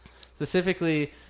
specifically